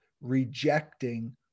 rejecting